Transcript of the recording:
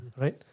right